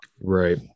Right